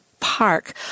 Park